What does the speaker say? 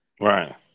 Right